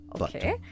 Okay